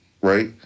right